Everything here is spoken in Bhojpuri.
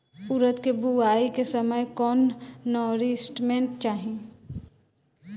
उरद के बुआई के समय कौन नौरिश्मेंट चाही?